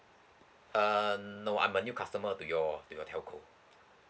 uh no I'm a new customer to your to your telco